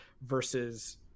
versus